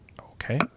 Okay